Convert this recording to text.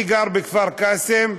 אני גר בכפר קאסם,